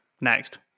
Next